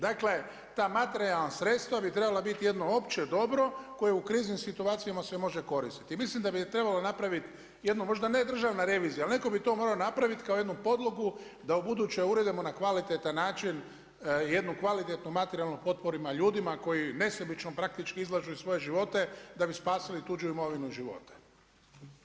Dakle, ta materijalna sredstva bi trebala biti jedno opće dobro koje u kriznim situacijama se može koristiti i mislim da bi trebalo napraviti jednu, možda ne državna revizija, ali netko bi to morao napraviti kao jednu podlogu da ubuduće uredimo na kvalitetan način jednu kvalitetnu materijalnu potporu tim ljudima koji nesebično praktički izlažu svoje živote da bi spasili tuđu imovinu i živote.